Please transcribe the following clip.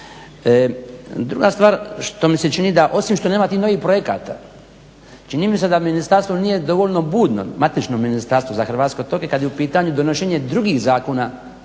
Druga stvar što mi se čini da osim što nema tih novih projekata, čini mi se da ministarstvo nije dovoljno budno, matično ministarstvo za Hrvatsku kad je u pitanju donošenje drugih zakona